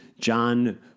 John